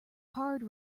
hard